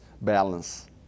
balance